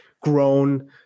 grown